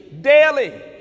daily